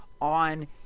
on